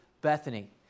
Bethany